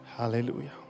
Hallelujah